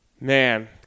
Man